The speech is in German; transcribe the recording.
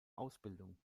ausbildung